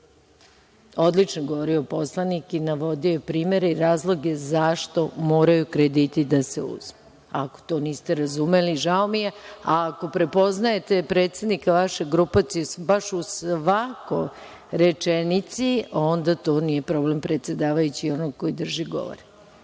je govorio poslanik i navodio primere i razloge zašto moraju krediti da se uzmu. Ako to niste razumeli, žao mi je, a ako prepoznajete predsednika vaše grupacije baš u svakoj rečenici, onda to nije problem predsedavajućeg i onog koji drži govore.